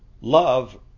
Love